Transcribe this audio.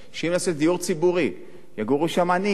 שאם נעשה דיור ציבורי יגורו שם עניים,